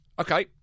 Okay